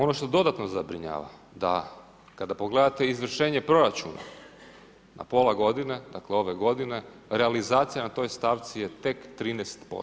Ono što dodatno zabrinjava da kada pogledate izvršenje proračuna na pola godine, dakle ove godine, realizacija na toj stavci je tek 13%